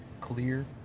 clear